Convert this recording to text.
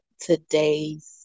today's